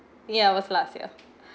yeah was last year